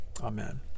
Amen